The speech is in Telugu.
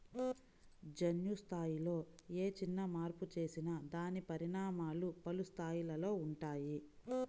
జన్యు స్థాయిలో ఏ చిన్న మార్పు చేసినా దాని పరిణామాలు పలు స్థాయిలలో ఉంటాయి